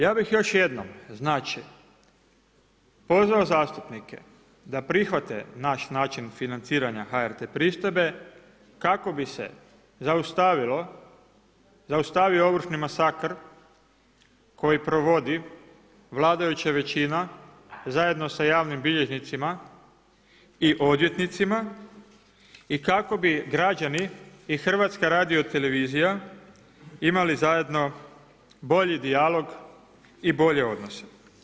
Ja bih još jednom pozvao zastupnike da prihvate naš način financiranja HRT pristojbe kako bi se zaustavio ovršni masakar koji provodi vladajuća većina zajedno sa javnim bilježnicima i odvjetnicima i kako bi građani i HRT imali zajedno bolji dijalog i bolje odnose.